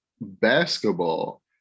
basketball